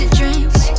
drinks